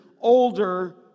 older